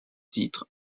titre